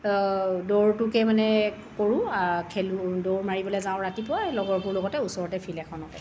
দৌৰটোকে মানে কৰোঁ খেলোঁ দৌৰ মাৰিবলৈ যাওঁ ৰাতিপুৱা এই লগৰবোৰ লগতে ওচৰতে ফিল্ড এখনত